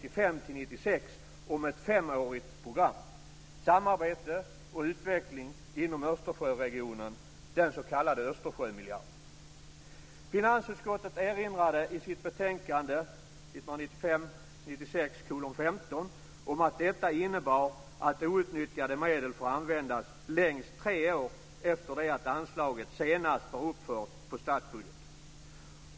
om att detta innebar att outnyttjade medel får användas längst tre år efter det att anslaget senast var uppfört på statsbudgeten.